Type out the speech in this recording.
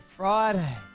Friday